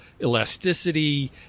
elasticity